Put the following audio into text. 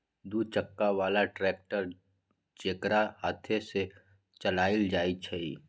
दू चक्का बला ट्रैक्टर जेकरा हाथे से चलायल जाइ छइ